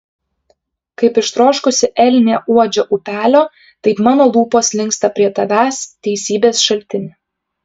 kaip ištroškusi elnė uodžia upelio taip mano lūpos linksta prie tavęs teisybės šaltini